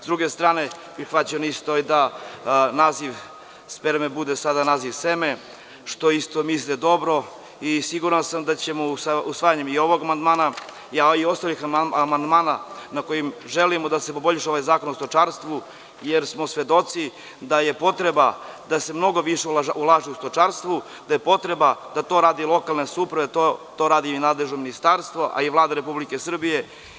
S druge strane, prihvaćeno je i da naziv: „sperme“ bude sada naziv: „seme“, što takođe mislim da je dobro i siguran sam da ćemo i usvajanjem ovog amandmana, a i ostalih amandmana kojima želimo da se poboljša ovaj zakon o stočarstvu, jer smo svedoci da je potreba da se mnogo više ulaže u stočarstvo, da je potreba da to rade lokalne samouprave, da to radi i nadležno ministarstvo, a i Vlada Republike Srbije.